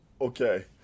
Okay